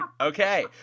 Okay